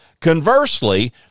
Conversely